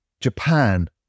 Japan